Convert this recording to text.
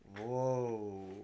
Whoa